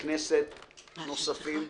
כנסת נוספים.